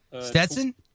Stetson